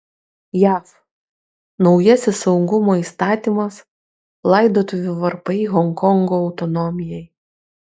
jav naujasis saugumo įstatymas laidotuvių varpai honkongo autonomijai